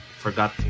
forgot